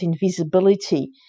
invisibility